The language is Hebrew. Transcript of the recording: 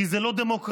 כי זה לא דמוקרטי.